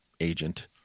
agent